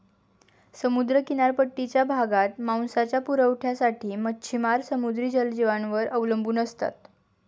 समुद्र किनारपट्टीच्या भागात मांसाच्या पुरवठ्यासाठी मच्छिमार समुद्री जलजीवांवर अवलंबून असतात